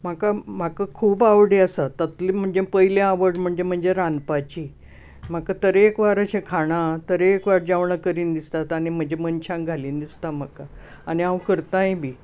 म्हाका म्हाका खूब आवडीं आसा तांतूतली म्हणजे पयली आवड म्हणजे म्हणजे रांदपाची म्हाका तरेकवार अशें खाणां तरेकवार जेवणां करीन दिसता आनी म्हजे मनशांक घालीन दिसता म्हाका आनी हांव करतांय बी